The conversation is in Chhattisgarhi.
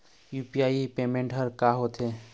यू.पी.आई पेमेंट हर का होते?